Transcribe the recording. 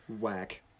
Whack